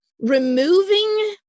removing